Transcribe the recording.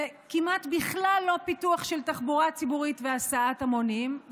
וכמעט בכלל לא פיתוח של תחבורה ציבורית והסעת המונים,